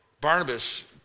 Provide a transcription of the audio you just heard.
Barnabas